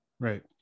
Right